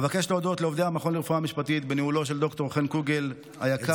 אבקש להודות לעובדי המכון לרפואה משפטית בניהולו של ד"ר חן קוגל היקר,